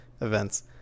events